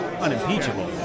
unimpeachable